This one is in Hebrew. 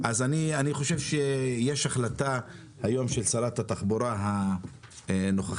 אז אני חושב שיש החלטה היום של שרת התחבורה הנוכחית,